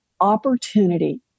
opportunity